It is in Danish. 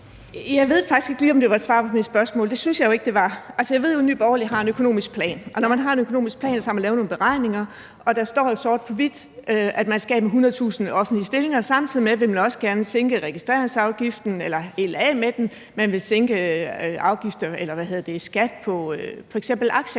Jeg ved faktisk ikke lige, om det var svar på mit spørgsmål, men det synes jeg jo ikke det var. Jeg ved, at Nye Borgerlige har en økonomisk plan, og når man har en økonomisk plan, har man lavet nogle beregninger, og der står jo sort på hvidt, at man skal af med 100.000 offentlige stillinger, og samtidig vil man også gerne sænke registreringsafgiften, eller man vil helt af med den, og man vil sænke skatten på f.eks. aktieindkomster.